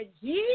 Jesus